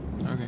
okay